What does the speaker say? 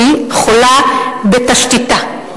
שהיא חולה בתשתיתה,